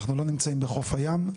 אנחנו לא נמצאים בחוף הים.